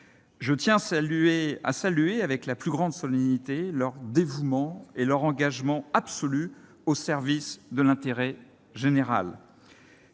Je tiens à saluer, avec la plus grande solennité, leur dévouement et leur engagement absolus au service de l'intérêt général.